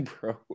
bro